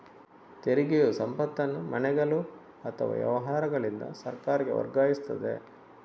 ತೆರಿಗೆಯು ಸಂಪತ್ತನ್ನು ಮನೆಗಳು ಅಥವಾ ವ್ಯವಹಾರಗಳಿಂದ ಸರ್ಕಾರಕ್ಕೆ ವರ್ಗಾಯಿಸುತ್ತದೆ